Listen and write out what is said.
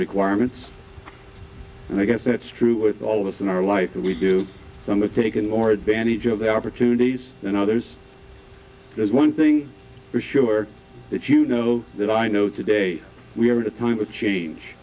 requirements and i guess that's true with all of us in our life that we do some of taking more advantage of the opportunities and others there's one thing for sure that you know that i know today we are at a time of change